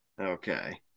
Okay